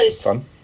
fun